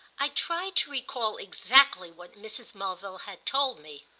i tried to recall exactly what mrs. mulville had told me.